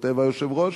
כותב היושב-ראש,